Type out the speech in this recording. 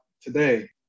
today